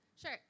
Sure